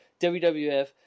WWF